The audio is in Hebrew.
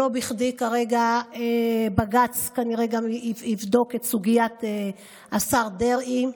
לא בכדי גם בג"ץ כנראה יבדוק את סוגיית השר דרעי.